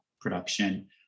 production